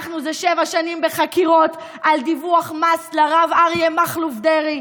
אנחנו זה שבע שנים בחקירות על דיווח מס לרב אריה מכלוף דרעי,